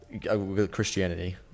christianity